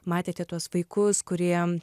matėte tuos vaikus kurie